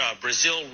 Brazil